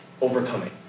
Overcoming